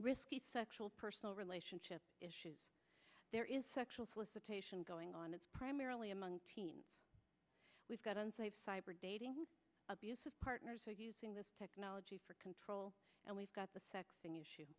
risky sexual personal relationship issues there is sexual solicitation going on it's primarily among teens we've got unsafe cyber dating abusive partners who are using this technology for control and we've got the sexting issue